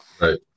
Right